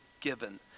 given